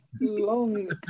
long